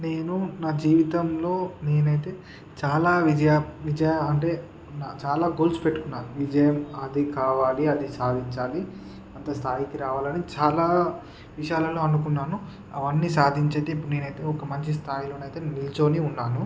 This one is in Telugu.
నేను నా జీవితంలో నేనైతే చాలా విజయ విజయ అంటే చాలా గోల్స్ పెట్టుకున్నాను విజయం అది కావాలి అది సాధించాలి అంత స్థాయికి రావాలని చాలా విషయాలలో అనుకున్నాను అవన్నీ సాధించి అయితే ఇప్పుడు నేనయితే ఒక మంచి స్థాయిలోనయితే నించుని ఉన్నాను